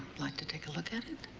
like to take a look at it?